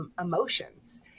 emotions